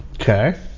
Okay